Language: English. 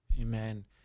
Amen